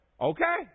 Okay